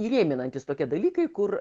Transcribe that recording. įrėminantys tokie dalykai kur